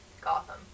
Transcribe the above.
Gotham